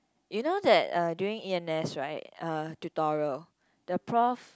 you know that uh during E_N_S right uh tutorial the prof